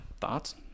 thoughts